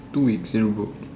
two weeks in a row